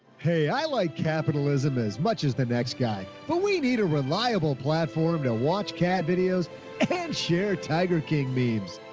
hey, i like capitalism as much as the next guy, but we need a reliable platform to watch cat videos and share tiger king beams.